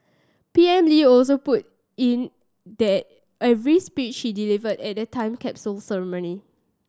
P M Lee also put in the every speech he delivered at the time capsule ceremony